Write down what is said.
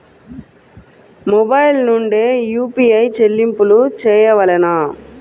Mobile నుండే UPI చెల్లింపులు చేయవలెనా?